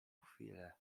chwilę